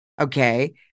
Okay